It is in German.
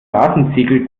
rasenziegel